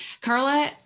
Carla